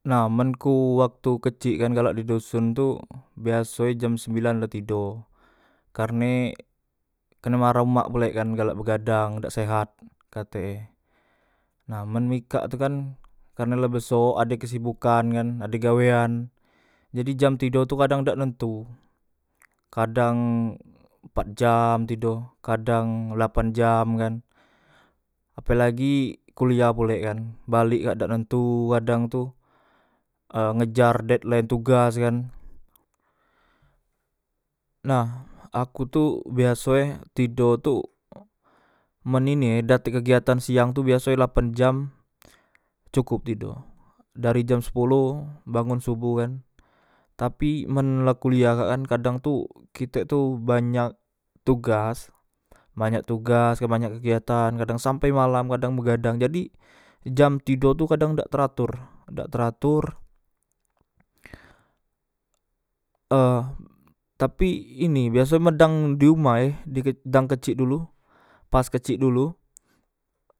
Nah men ku waktu kecik kan galak di doson tu biasoe jam sembilan la tido karne kene marah umak pulek kan galak begadang dak sehat katek e nah men mikak tu kan karnek la besok ade kesibukan kan ade gawean jadi jam tido tu kadang dan nentu kadang empat jam tido kadang lapan jam kan apelagi kuliah pulek kan balek kak dak nentu kadang tu e ngejar dedline tugas kan nah aku tu biasoe tido tu men ini e dak tek kegiatan siang tu biasoe lapan jam cukop tedo dari jam sepolo bangun soboh kan tapi men la kuliah kak kan kadang tu kitek tu banyak tugas banyak tugas kan banyak kegiatan kan kadang sampe malam begadang jadi jam tido tu kadang dak teratur dak teratur e tapi ini biasoe men dang di uma e di dang kecik dulu pas kecik dulu